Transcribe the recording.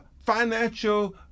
financial